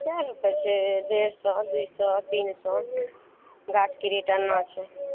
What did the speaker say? कए रुपैये छै डेढ़ सओ दुइ सओ तीन सओ गाछके रेट एना छै